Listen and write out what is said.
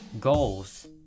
Goals